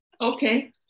Okay